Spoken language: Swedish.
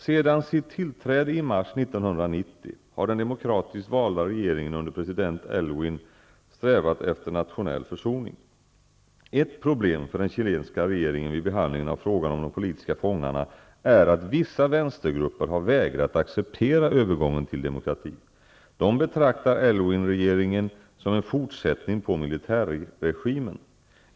Sedan sitt tillträde i mars 1990 har den demokratiskt valda regeringen under president Aylwin strävat efter nationell försoning. Ett problem för den chilenska regeringen vid behandlingen av frågan om de politiska fångarna är att vissa vänstergrupper har vägrat att acceptera övergången till demokrati. De betraktar Aylwinregeringen som en fortsättning på militärregimen.